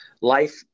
life –